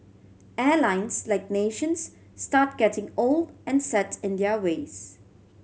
airlines like nations start getting old and set in their ways